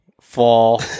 fall